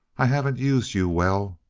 i haven't used you well,